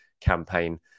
campaign